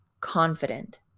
confident